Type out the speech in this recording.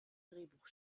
drehbuch